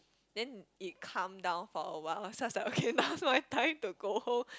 then it calmed down for a while so I was like okay now is my time to go home